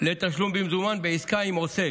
לתשלום במזומן בעסקה עם עוסק,